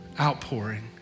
outpouring